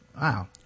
Wow